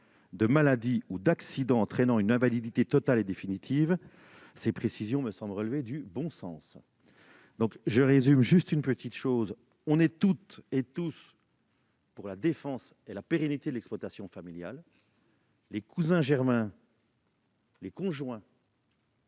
de maladie ou d'accident entraînant une invalidité totale et définitive. Ces précisions me semblent relever du bon sens. Mes chers collègues, nous sommes toutes et tous pour la défense et la pérennité de l'exploitation familiale. Les cousins germains, les conjoints